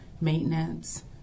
Maintenance